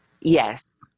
Yes